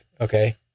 Okay